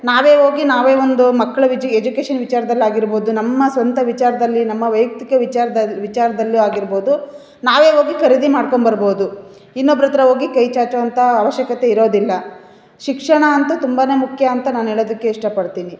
ನಾವೇ ಹೋಗಿ ನಾವೇ ಒಂದು ಮಕ್ಕಳ ವಿಜಿ ಎಜುಕೇಷನ್ ವಿಚಾರದಲ್ಲಾಗಿರ್ಬೋದು ನಮ್ಮ ಸ್ವಂತ ವಿಚಾರದಲ್ಲಿ ನಮ್ಮ ವೈಯಕ್ತಿಕ ವಿಚಾರ್ದಲ್ಲಿ ವಿಚಾರದಲ್ಲೂ ಆಗಿರ್ಬೋದು ನಾವೇ ಹೋಗಿ ಖರೀದಿ ಮಾಡಿಕೊಂಡ್ಬರ್ಬೋದು ಇನ್ನೊಬ್ರ ಹತ್ರ ಹೋಗಿ ಕೈಚಾಚುವಂಥ ಅವಶ್ಯಕತೆ ಇರೋದಿಲ್ಲ ಶಿಕ್ಷಣ ಅಂತೂ ತುಂಬಾ ಮುಖ್ಯ ಅಂತ ನಾನು ಹೇಳೋದಿಕ್ಕೆ ಇಷ್ಟಪಡ್ತಿನಿ